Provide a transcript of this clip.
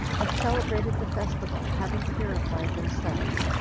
and celebrated the festival, having purified themselves,